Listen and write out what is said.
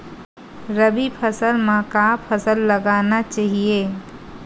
रबी मौसम म का फसल लगाना चहिए?